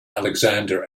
alexander